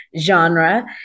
genre